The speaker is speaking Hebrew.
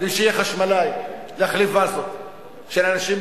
כדי שיהיה חשמלאי, להחליף פאזות של אנשים